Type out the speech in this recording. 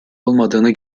olmadığını